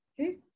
Okay